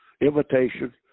invitation